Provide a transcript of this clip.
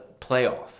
playoff